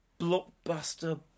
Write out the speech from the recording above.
blockbuster